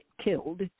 killed